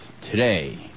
today